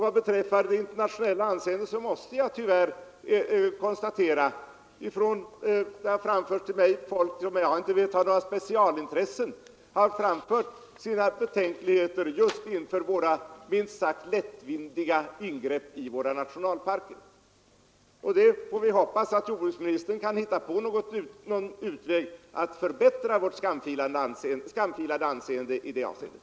Vad beträffar det internationella anseendet måste jag tyvärr konstatera att många människor, som såvitt jag vet inte har några specialintressen, har framfört sina betänkligheter inför våra minst sagt lättvindiga ingrepp i våra nationalparker. Vi får hoppas att jordbruksministern kan hitta på någon utväg att förbättra vårt skamfilade anseende i det avseendet.